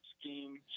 scheme